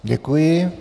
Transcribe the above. Děkuji.